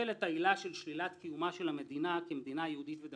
שפרשנותם של אותם ערכי יסוד והפרתם בתחומי